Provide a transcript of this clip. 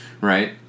right